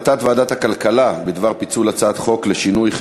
אני קובע כי החלטת ועדת הכספים בדבר פיצול הצעת חוק להעמקת